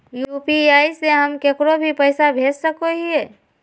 UPI से हम केकरो भी पैसा भेज सको हियै?